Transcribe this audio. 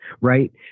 Right